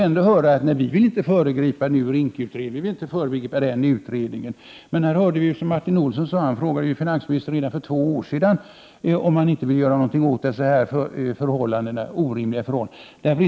Ändå får vi höra: Nej, vi vill inte föregripa RINK-utredningen. Men som vi hörde Martin Olsson säga frågade han finansministern redan för två år sedan om denne inte ville göra något åt dessa orimliga förhållanden.